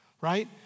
right